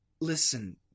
listen